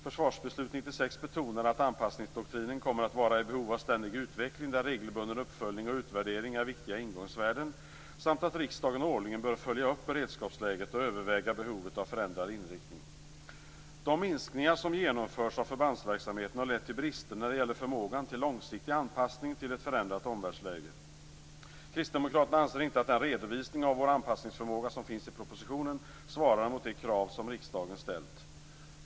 Försvarsbeslut 96 betonade att anpassningsdoktrinen kommer att vara i behov av ständig utveckling, där regelbunden uppföljning och utvärdering är viktiga ingångsvärden, samt att riksdagen årligen bör följa upp beredskapsläget och överväga behovet av förändrad inriktning. De minskningar som genomförts av förbandsverksamheten har lett till brister när det gäller förmågan till långsiktig anpassning till ett förändrat omvärldsläge. Kristdemokraterna anser inte att den redovisning av vår anpassningsförmåga som finns i propositionen svarar mot de krav som riksdagen ställt.